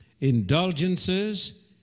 indulgences